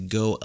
go